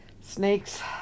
snakes